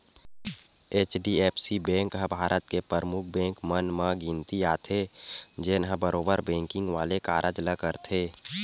HDFC bank ह भारत के परमुख बेंक मन म गिनती आथे, जेनहा बरोबर बेंकिग वाले कारज ल करथे